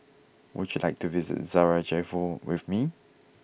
would you like to visit Sarajevo with me